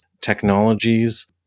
Technologies